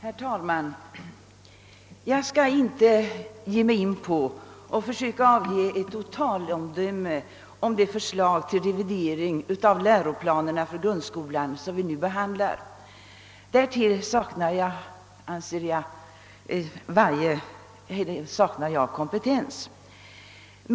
Herr talman! Jag skall inte ge mig in på att försöka avge ett totalomdöme om det förslag till revidering av läroplanerna för grundskolan som vi nu behandlar. Därtill saknar jag kompetens.